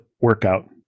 workout